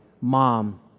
Mom